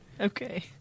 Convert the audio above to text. Okay